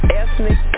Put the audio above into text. ethnic